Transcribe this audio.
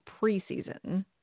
preseason